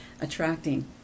attracting